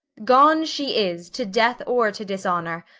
gone she is to death or to dishonour,